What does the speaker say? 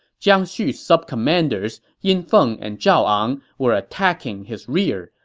jiang xu's sub-commanders, yin feng and zhao ang, were attacking his rear.